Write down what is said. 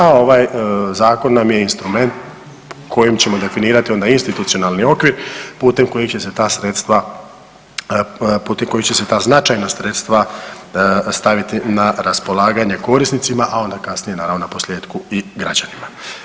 A ovaj Zakon nam je instrument kojim ćemo definirati onda institucionalni okvir putem kojeg će se ta sredstva, putem kojeg će se ta značajna sredstva staviti na raspolaganje korisnicima, a onda kasnije naravno na posljetku i građanima.